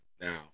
Now